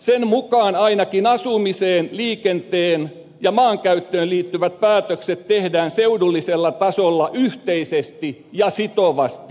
sen mukaan ainakin asumiseen liikenteeseen ja maankäyttöön liittyvät päätökset tehdään seudullisella tasolla yhteisesti ja sitovasti